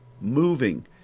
moving